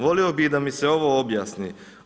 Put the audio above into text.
Volio bih da mi se ovo objasni.